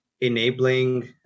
enabling